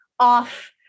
off